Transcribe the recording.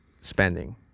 spending